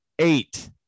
eight